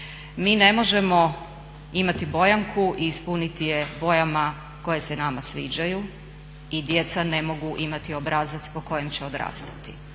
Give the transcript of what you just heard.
Mi ne možemo imati bojanku i ispuniti je bojama koje se nama sviđaju i djeca ne mogu imati obrazac po kojem će odrastati.